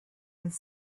with